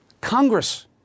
congress